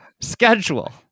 schedule